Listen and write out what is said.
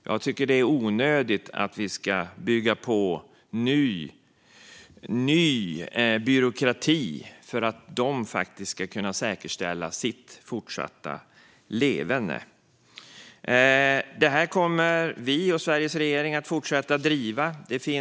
Jag tycker att det är onödigt att bygga ny byråkrati för att de ska kunna säkerställa sitt fortsatta leverne. Detta kommer vi och Sveriges regering att fortsätta driva.